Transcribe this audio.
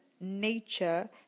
nature